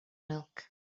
milk